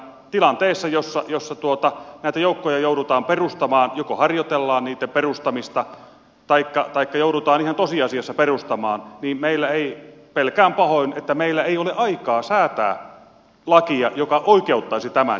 tilanteessa jossa näitä joukkoja joudutaan perustamaan joko harjoitellaan niiden perustamista taikka joudutaan ihan tosiasiassa perustamaan pelkään pahoin että meillä ei ole aikaa säätää lakia joka oikeuttaisi tämän